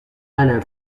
alain